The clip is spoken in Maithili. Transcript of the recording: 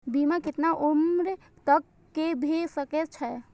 बीमा केतना उम्र तक के भे सके छै?